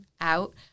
out